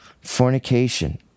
Fornication